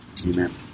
Amen